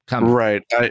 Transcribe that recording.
Right